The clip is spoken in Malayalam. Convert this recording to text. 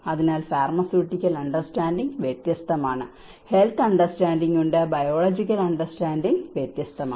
അതിനാൽ ഫാർമസ്യൂട്ടിക്കൽ അണ്ടർസ്റ്റാന്ഡിങ് വ്യത്യസ്തമാണ് ഹെൽത്ത് അണ്ടർസ്റ്റാന്ഡിങ് ഉണ്ട് ബയോളോജിക്കൽ അണ്ടർസ്റ്റാന്ഡിങ് വ്യത്യസ്തമാണ്